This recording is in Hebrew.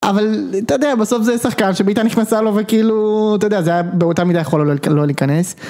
אבל אתה יודע, בסוף זה שחקן שבעיטה נכנסה לו, וכאילו, אתה יודע זה היה באותה מידה יכול לא להיכנס